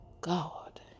God